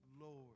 Lord